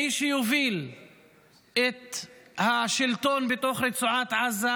מי שיוביל את השלטון בתוך רצועת עזה,